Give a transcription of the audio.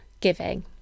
giving